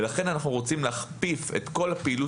ולכן אנחנו רוצים להכפיף את כל הפעילות